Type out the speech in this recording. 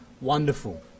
wonderful